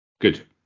Good